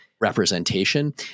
representation